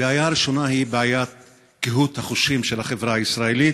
הבעיה הראשונה היא בעיית קהות החושים של החברה הישראלית